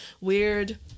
weird